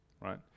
right